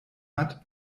hat